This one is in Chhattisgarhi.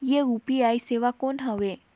ये यू.पी.आई सेवा कौन हवे?